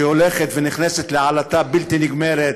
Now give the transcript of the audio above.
שהולכת ונכנסת לעלטה בלתי נגמרת.